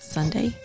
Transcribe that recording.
Sunday